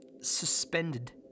suspended